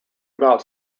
about